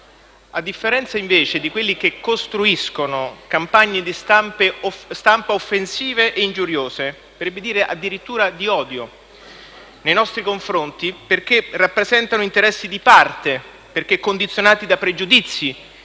A differenza invece di quelli che costruiscono campagne di stampa offensive e ingiuriose - verrebbe da dire addirittura di odio - nei nostri confronti perché rappresentano interessi di parte, condizionati da pregiudizi